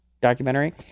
documentary